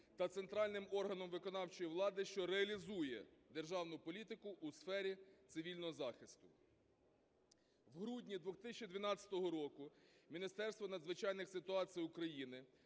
та центральним органом виконавчої влади, що реалізує державну політику у сфері цивільного захисту. В грудні 2012 року Міністерство надзвичайних ситуацій України